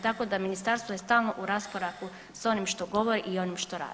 Tako da ministarstvo je stalno u raskoraku s onim što govori i onim što radi.